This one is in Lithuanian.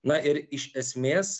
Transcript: na ir iš esmės